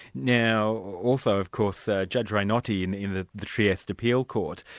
now also of course, ah judge renoti in in the the trieste appeal court,